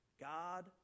God